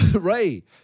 Right